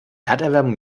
erderwärmung